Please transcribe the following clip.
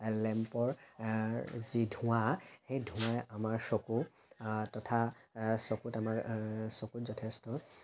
লেম্পৰ যি ধোঁৱা সেই ধোঁৱাই আমাৰ চকু তথা চকুত আমাৰ চকুত যথেষ্ট